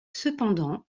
cependant